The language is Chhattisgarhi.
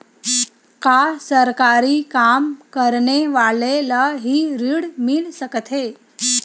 का सरकारी काम करने वाले ल हि ऋण मिल सकथे?